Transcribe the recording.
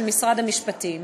של משרד המשפטים,